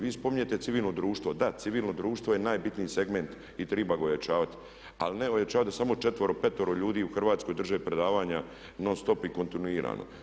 Vi spominjete civilno društvo, da civilno društvo je najbitniji segment i treba ga ojačavati ali ne ojačavati da smo četvero, petero ljudi u Hrvatskoj drže predavanja non stop i kontinuirano.